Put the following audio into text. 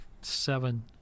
seven